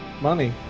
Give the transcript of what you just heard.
money